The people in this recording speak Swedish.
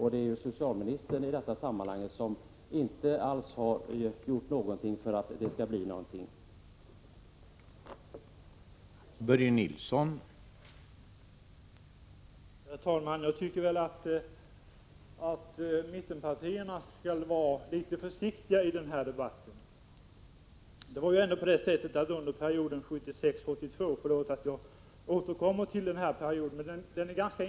Det är socialministern som inte har sett till att det blivit någonting gjort.